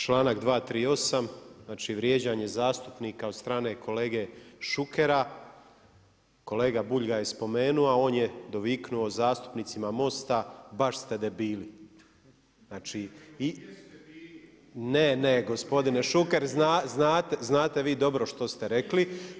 Članak 238. znači vrijeđanje zastupnika od strane kolege Šukera, kolega Bulj ga je spomenuo, a on je doviknuo zastupnicima Most-a baš ste debili. … [[Upadica se ne razumije.]] Ne, ne gospodine Šuker znate vi dobro što ste vi rekli.